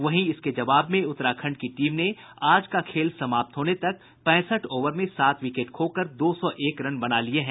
वहीं इसके जवाब में उत्तराखंड की टीम ने आज का खेल समाप्त होने तक पैंसठ ओवर में सात विकेट खोकर दो सौ एक रन बना लिये हैं